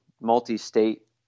multi-state